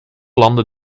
landen